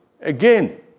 Again